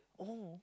oh